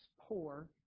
poor